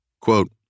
Quote